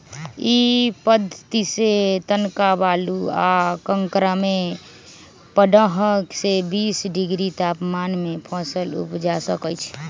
इ पद्धतिसे तनका बालू आ कंकरमें पंडह से बीस डिग्री तापमान में फसल उपजा सकइछि